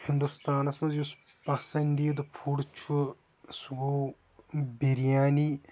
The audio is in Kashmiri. ہِندوستانَس منٛز یُس پَسندیٖدٕ فوٚڈ چھُ سُہ گوٚو بِریانی